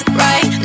right